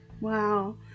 Wow